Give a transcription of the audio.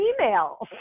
emails